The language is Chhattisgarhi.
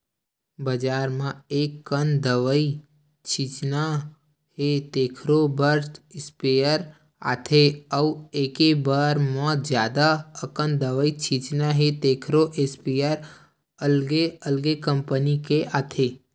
बजार म एककन दवई छितना हे तेखरो बर स्पेयर आथे अउ एके बार म जादा अकन दवई छितना हे तेखरो इस्पेयर अलगे अलगे कंपनी के आथे